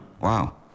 Wow